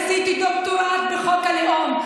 עשיתי דוקטורט בחוק הלאום.